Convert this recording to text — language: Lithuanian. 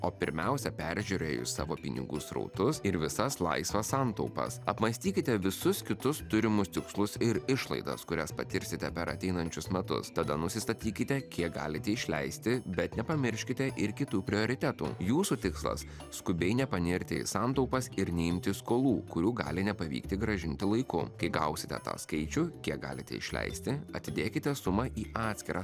o pirmiausia peržiūrėjus savo pinigų srautus ir visas laisvas santaupas apmąstykite visus kitus turimus tikslus ir išlaidas kurias patirsite per ateinančius metus tada nusistatykite kiek galite išleisti bet nepamirškite ir kitų prioritetų jūsų tikslas skubiai nepanirti į santaupas ir neimti skolų kurių gali nepavykti grąžinti laiku kai gausite tą skaičių kiek galite išleisti atidėkite sumą į atskirą